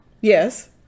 Yes